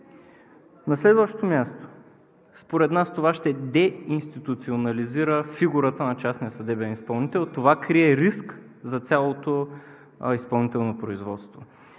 На следващо място, според нас това ще деинституционализира фигурата на частния съдебен изпълнител – това крие риск за цялото изпълнително производство.